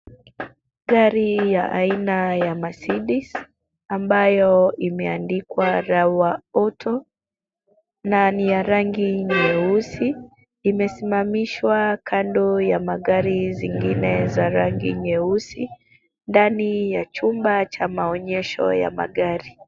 Gari ya aina ya mercedes, ambayo imeandikwa Rawa auto na ni ya rangi nyeusi. Imesimamishwa kando ya magari zingine za rangi nyeusi ndani ya chumba cha maonyesho ya magari.